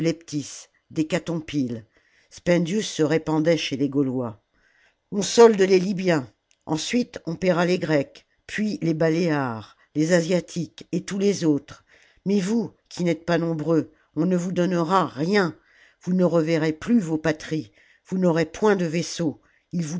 d'hécatompyle spendius se répandait chez les gaulois on solde les libyens ensuite on payera les grecs puis les baléares les asiatiques et tous les autres mais vous qui n'êtes pas nombreux on ne vous donnera rien vous ne reverrez plus vos patries vous n'aurez point de vaisseaux ils